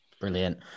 Brilliant